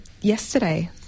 yesterday